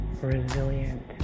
resilient